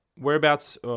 whereabouts